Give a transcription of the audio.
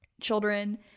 children